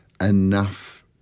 enough